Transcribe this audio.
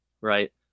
right